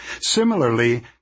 Similarly